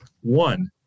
One